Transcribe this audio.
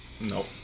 nope